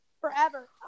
Forever